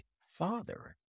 Father